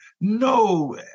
no